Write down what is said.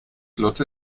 lotte